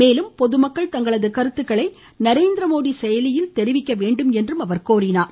மேலும் பொதுமக்கள் தங்களது கருத்துக்களை நரேந்திரமோடி செயலியில் தெரிவிக்க வேண்டும் என்றார்